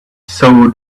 saw